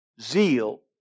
Zeal